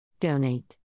Donate